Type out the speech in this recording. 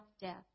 death